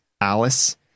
Alice